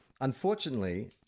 Unfortunately